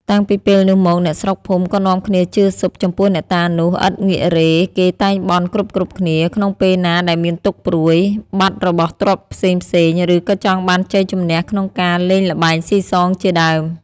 តាំងពីពេលនោះមក អ្នកស្រុកភូមិក៏នាំគ្នាជឿស៊ប់ ចំពោះអ្នកតានោះឥតងាករេ គេតែងបន់គ្រប់ៗគ្នា ក្នុងពេលណាដែលមានទុក្ខព្រួយ បាត់របស់ទ្រព្យផ្សេងៗ ឬ ក៏ចង់បានជ័យជម្នះក្នុងការលេងល្បែងស៊ីសង ជាដើម ។